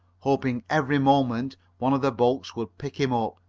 hoping every moment one of the boats would pick him up.